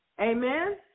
Amen